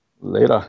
Later